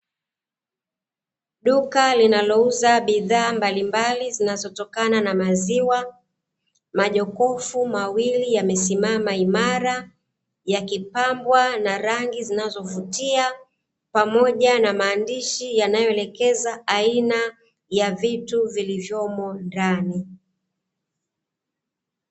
Duka linalouza bidhaa mbalimbali zinazotokana na maziwa, majokofu mawili yamesimama imara, yakipambwa na rangi zinazovutia, pamoja na maandishi yanayoelekeza aina ya vitu vilivyomo ndani.